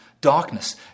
darkness